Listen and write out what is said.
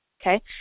okay